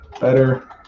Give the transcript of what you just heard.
Better